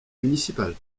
municipal